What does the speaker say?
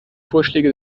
vorschläge